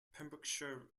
pembrokeshire